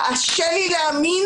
קשה לי להאמין